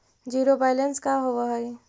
Zero balance का होव हइ?